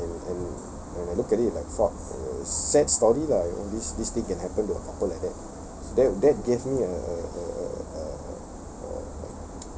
and and and when I look at it like fuck sad story lah you know this this thing can happen to a couple like that that that gave me a a a a a